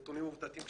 והם נתונים עובדתיים,